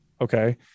Okay